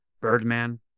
Birdman